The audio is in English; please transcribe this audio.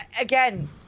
Again